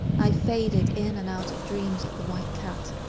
i faded in and out of dreams of the white cat,